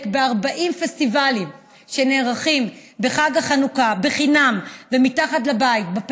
ב-40 פסטיבלים שנערכים בחג החנוכה בחינם ומתחת לבית: בפריפריות,